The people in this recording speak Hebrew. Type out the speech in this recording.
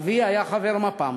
אבי היה חבר מפ"ם,